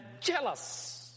jealous